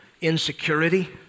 insecurity